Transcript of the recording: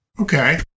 Okay